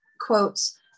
quotes